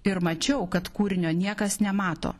ir mačiau kad kūrinio niekas nemato